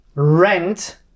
rent